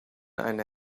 eine